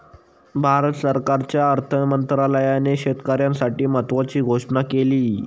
भारत सरकारच्या अर्थ मंत्रालयाने शेतकऱ्यांसाठी महत्त्वाची घोषणा केली